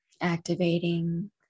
Activating